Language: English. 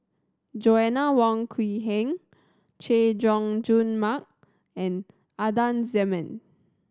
Joanna Wong Quee Heng Chay Jung Jun Mark and Adan Jimenez